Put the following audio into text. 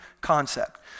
concept